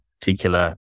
particular